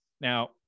Now